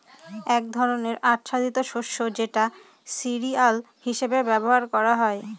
এক ধরনের আচ্ছাদিত শস্য যেটা সিরিয়াল হিসেবে ব্যবহার করা হয়